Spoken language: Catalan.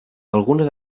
algunes